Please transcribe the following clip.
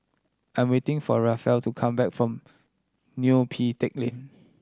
I'm waiting for Rafe to come back from Neo Pee Teck Lane